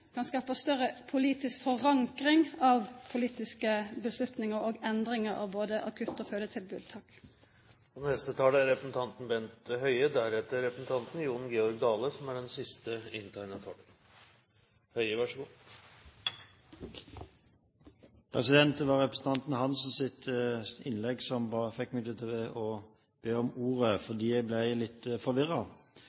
kan skapa større politisk forankring av politiske avgjerder og endringar i både akutt- og fødetilbod. Det var representanten Geir-Ketil Hansens innlegg som fikk meg til å be om ordet,